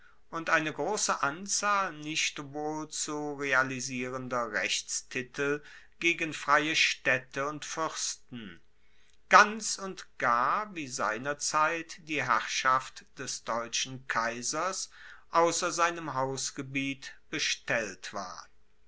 und eine grosse anzahl nicht wohl zu realisierender rechtstitel gegen freie staedte und fuersten ganz und gar wie seiner zeit die herrschaft des deutschen kaisers ausser seinem hausgebiet bestellt war